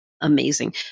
Amazing